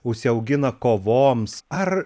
užsiaugina kovoms ar